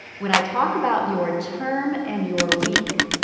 when i talk about your term and your week,